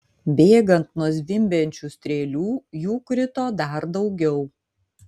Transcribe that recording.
bėgant nuo zvimbiančių strėlių jų krito dar daugiau